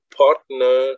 partner